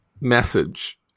message